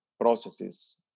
processes